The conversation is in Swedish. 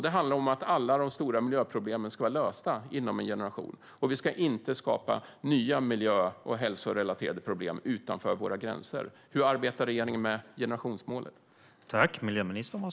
Det handlar om att alla de stora miljöproblemen ska vara lösta inom en generation och att vi inte ska skapa nya miljö och hälsorelaterade problem utanför våra gränser. Hur arbetar regeringen med generationsmålet?